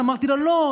אמרתי לה: לא,